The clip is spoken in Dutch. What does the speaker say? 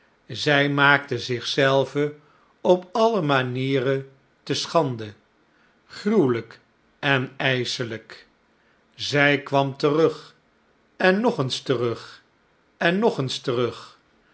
zij maakte zich zelve op alle manieren te schande gruwelijk en ijselijk zij kwam terug en nog eens terug en nog eens terug